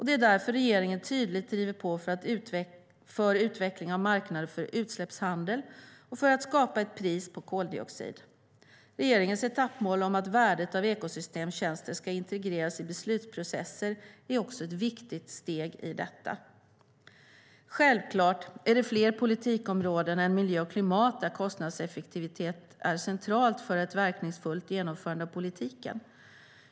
Det är därför regeringen tydligt driver på för utvecklingen av marknader för utsläppshandel och för att skapa ett pris på koldioxid. Regeringens etappmål om att värdet av ekosystemtjänster ska integreras i beslutsprocesser är också ett viktigt steg i detta. Självklart är det fler politikområden än miljö och klimat där kostnadseffektivitet är centralt för ett verkningsfullt genomförande av politiken.